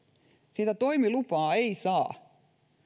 sitä toimilupaa ei saa